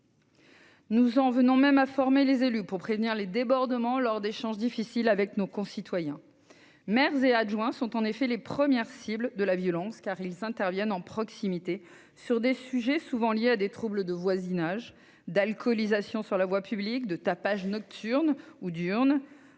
Nous en venons même à former les élus pour prévenir les débordements lors d'échanges difficiles avec nos concitoyens. Maires et adjoints sont en effet les premières cibles de la violence, car ils interviennent, en proximité, sur des sujets souvent liés à des troubles de voisinage, à l'alcoolisation sur la voie publique, au tapage nocturne ou diurne,